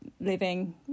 living